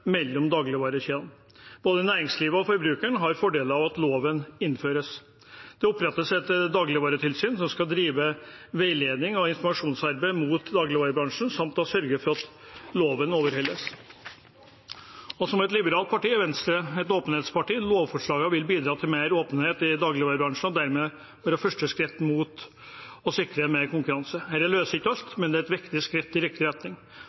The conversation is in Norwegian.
mellom dagligvarekjedene. Både næringslivet og forbrukeren har fordeler av at loven innføres. Det opprettes et dagligvaretilsyn som skal drive veiledning og informasjonsarbeid mot dagligvarebransjen samt sørge for at loven blir overholdt. Som et liberalt parti er Venstre et åpenhetsparti. Lovforslaget vil bidra til mer åpenhet i dagligvarebransjen og dermed være første skritt mot å sikre mer konkurranse. Dette løser ikke alt, men det er et viktig skritt i riktig retning.